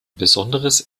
besonderes